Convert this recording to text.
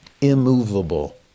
Immovable